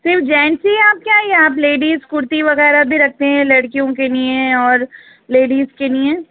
صرف جینٹس ہی آپ کیا یہ آپ لیڈیز کرتی وغیرہ بھی رکھتے ہیں لڑکیوں کے لیے اور لیڈیز کے لیے